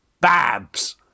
Babs